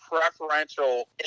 preferential